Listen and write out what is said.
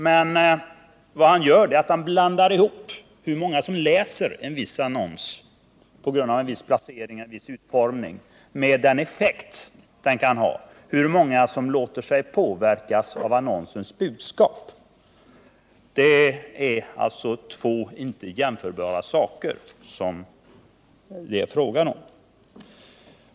Men vad han gör är att han blandar ihop hur många som läser en viss annons på grund av viss placering och utformning med den effekt annonsen kan ha, hur många som låter sig påverkas av annonsens budskap. Och det är två inte jämförbara saker.